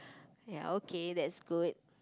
ya okay that's good